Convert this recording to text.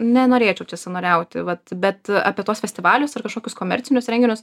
nenorėčiau čia savanoriauti vat bet apie tuos festivalius ar kažkokius komercinius renginius